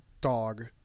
dog